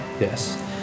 Yes